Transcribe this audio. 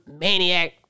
maniac